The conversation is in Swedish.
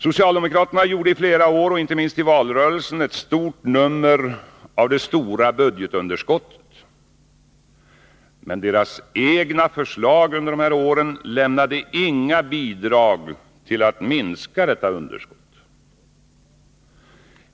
Socialdemokraterna gjorde i flera år och inte minst i valrörelsen ett stort nummer av det stora budgetunderskottet. Men deras egna förslag under dessa år lämnade inga bidrag till att minska underskottet.